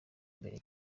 mbere